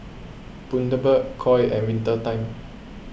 Bundaberg Koi and Winter Time